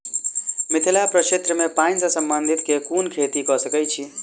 मिथिला प्रक्षेत्र मे पानि सऽ संबंधित केँ कुन खेती कऽ सकै छी?